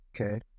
okay